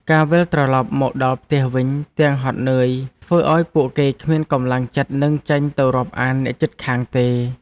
ការវិលត្រលប់មកដល់ផ្ទះវិញទាំងហត់នឿយធ្វើឱ្យពួកគេគ្មានកម្លាំងចិត្តនឹងចេញទៅរាប់អានអ្នកជិតខាងទេ។